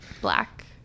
Black